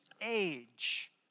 age